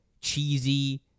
cheesy